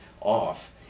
off